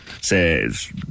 says